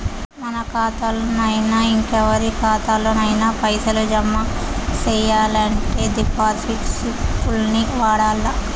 మన కాతాల్లోనయినా, ఇంకెవరి కాతాల్లోనయినా పైసలు జమ సెయ్యాలంటే డిపాజిట్ స్లిప్పుల్ని వాడల్ల